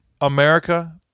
America